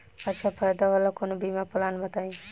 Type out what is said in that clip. अच्छा फायदा वाला कवनो बीमा पलान बताईं?